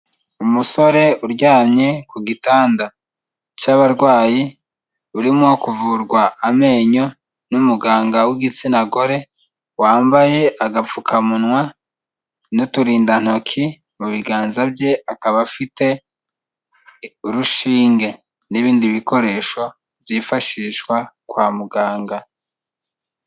Umusore uryamye ku gitanda cy'abarwayi, urimo kuvurwa amenyo n'umuganga w'igitsina gore wambaye agapfukamunwa n'uturindantoki mu biganza bye, akaba afite urushinge n'ibindi bikoresho byifashishwa kwa muganga.